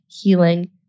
healing